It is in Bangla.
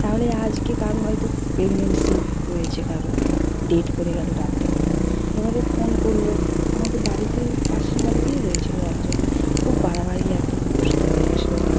তাহলে আজকে কারও হয়তো প্রেগনেন্সি রয়েছে কারও ডেট পড়ে গেলো রাত্রিবেলায় এবারে ফোন করল আমাদের বাড়িতে পাশের বাড়িতেই হয়েছিল একজনের খুব বাড়াবাড়ি একদম অবস্থা হয়ে গিয়েছিল তার